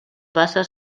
passa